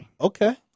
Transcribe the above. Okay